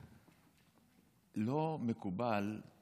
לא מקובל,